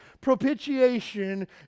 Propitiation